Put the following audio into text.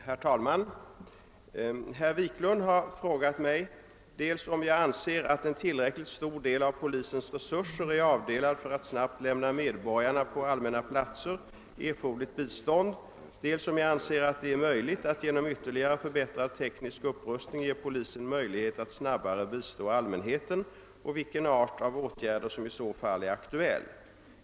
Herr talman! Herr Wiklund har frågat mig, dels om jag anser att en tillräckligt stor del av polisens resurser är avdelad för att snabbt lämna medborgarna på allmänna platser erforderligt bistånd, dels om jag anser att det är möjligt att genom ytterligare förbättrad teknisk upprustning ge polisen möjlighet att snabbare bistå allmänheten och vilken art av åtgärder som i så fall är aktuell.